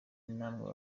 namwe